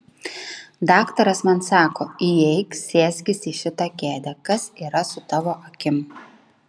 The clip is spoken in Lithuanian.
daktaras man sako įeik sėskis į šitą kėdę kas yra su tavo akim